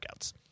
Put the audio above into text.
workouts